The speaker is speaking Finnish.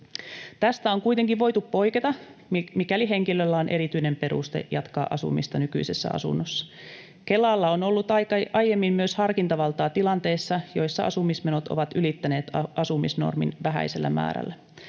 Tästä on kuitenkin voitu poiketa, mikäli henkilöllä on erityinen peruste jatkaa asumista nykyisessä asunnossa. Kelalla on ollut aiemmin myös harkintavaltaa tilanteissa, joissa asumismenot ovat ylittäneet asumisnormin vähäisellä määrällä.